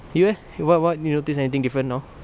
you eh wha~ what you notice anything different now